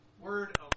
word